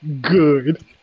Good